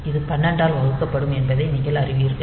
இது 12 ஆல் வகுக்கப்படும் என்பதை நீங்கள் அறிவீர்கள்